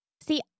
See